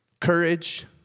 courage